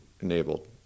enabled